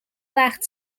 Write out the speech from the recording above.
وقت